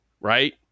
right